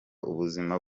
ubuzima